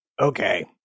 Okay